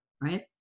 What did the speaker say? Right